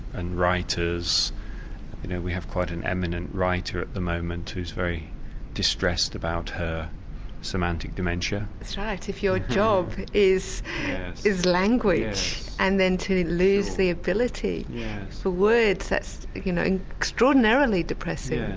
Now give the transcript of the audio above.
and writers you know we have quite an eminent writer at the moment who's very distressed about her semantic dementia. that's right, if your job is is language and then to lose the ability for words, that's you know extraordinarily depressing.